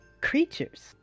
creatures